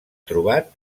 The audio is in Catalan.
trobat